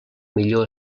millor